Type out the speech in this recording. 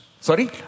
Sorry